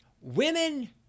women